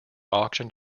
auctioned